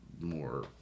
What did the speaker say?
more